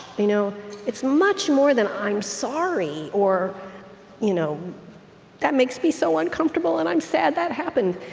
you know it's much more than i'm sorry or you know that makes me so uncomfortable, and i'm sad that happened.